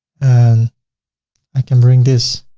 and i can bring this.